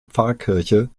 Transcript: pfarrkirche